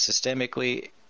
systemically